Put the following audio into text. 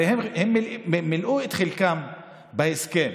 הרי הם מילאו את חלקם בהסכם.